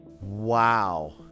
Wow